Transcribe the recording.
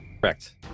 Correct